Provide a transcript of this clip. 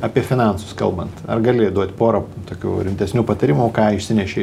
apie finansus kalbant ar gali duot porą tokių rimtesnių patarimų ką išsinešei